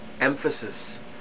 emphasis